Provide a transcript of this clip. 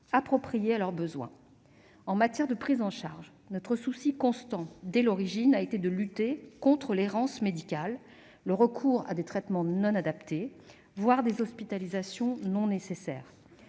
appropriée à leurs besoins. En matière de prise en charge, notre souci constant, dès l'origine, a été de lutter contre l'errance médicale, le recours à des traitements non adaptés, voire les hospitalisations non nécessaires.